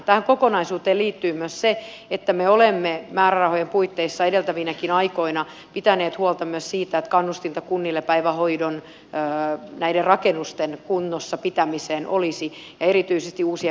tähän kokonaisuuteen liittyy myös se että me olemme määrärahojen puitteissa edeltävinäkin aikoina pitäneet huolta myös siitä että kannustinta kunnille näiden päivähoidon rakennusten kunnossa pitämiseen olisi ja erityisesti uusien päiväkotien rakentamiseen